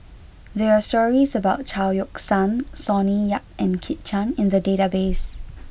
there are stories about Chao Yoke San Sonny Yap and Kit Chan in the database